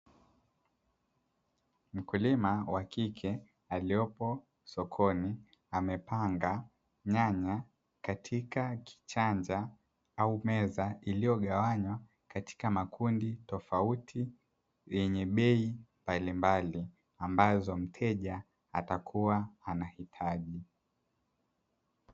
Mkulima wa kike aliyepo sokoni amepanga nyanya katika kichanja au meza iliyogawanywa katika makundi tofauti, yenye bei mbalimbali ambazo mteja atakuwa anahitaji.